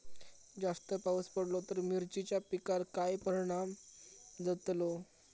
जास्त पाऊस पडलो तर मिरचीच्या पिकार काय परणाम जतालो?